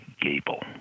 Gable